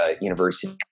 University